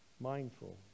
mindful